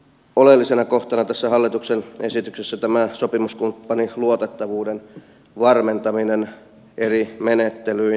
oleellisena kohtana tässä hallituksen esityksessä on tämä sopimuskumppanin luotettavuuden varmentaminen eri menettelyin